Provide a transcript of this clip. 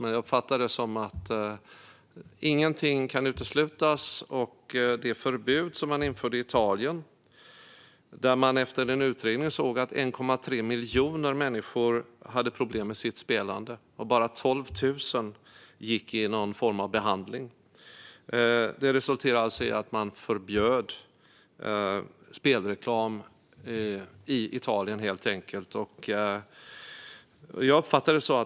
I Italien införde man ett förbud mot spelreklam efter att man i en utredning såg att 1,3 miljoner människor hade problem med sitt spelande och bara 12 000 gick i någon form av behandling, och jag uppfattar det som att den möjligheten även kan finnas här om man inte skärper sig från branschens sida.